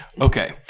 Okay